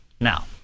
Now